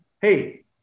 Hey